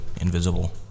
invisible